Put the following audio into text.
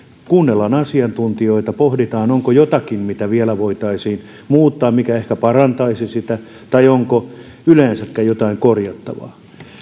kuunnellaan asiantuntijoita pohditaan onko jotakin mitä vielä voitaisiin muuttaa mikä ehkä parantaisi sitä tai onko yleensäkään jotain korjattavaa